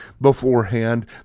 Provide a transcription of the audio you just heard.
beforehand